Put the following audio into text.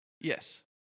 Yes